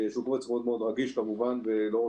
שהוא קובץ מאוד מאוד רגיש כמובן,